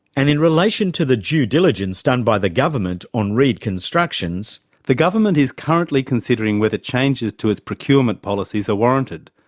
and in relation to the due diligence done by the government on reed constructions the government is currently considering whether changes to its procurement policies are warranted,